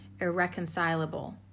irreconcilable